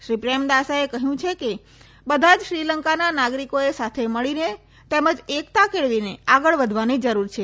શ્રી પ્રેમદાસાએ કહ્યું છે કે બધા જ શ્રીલંકાના નાગરિકોએ સાથે મળીને તેમજ એકતા કેળવીને આગળ વધવાની જરૂર છે